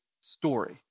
story